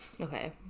Okay